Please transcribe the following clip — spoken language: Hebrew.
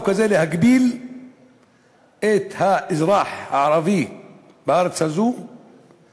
אז זאת סוגיית השיווק.